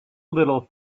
little